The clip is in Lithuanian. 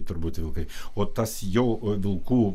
turbūt vilkai o tas jau vilkų